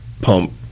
pump